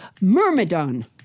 Myrmidon